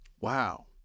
Wow